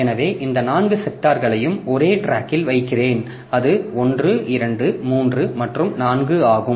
எனவே இந்த நான்கு செக்டார்களையும் ஒரே டிராக்கில் வைக்கிறேன் அது 1 2 3 மற்றும் 4 ஆகும்